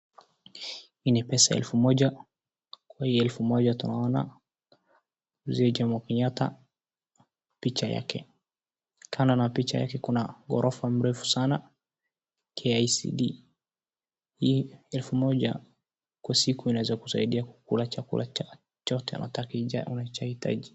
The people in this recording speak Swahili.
Hii ni pesa elfu moja, kwa hii elfu moja tunaona mzee Jomo Kenyatta picha yake, kando na picha yake kuna ghorofa mrefu sana KICD hii elfu moja kwa siku inaweza kusaidia kula chakula chochote unataka ama unachohitaji.